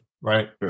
right